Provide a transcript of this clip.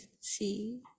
see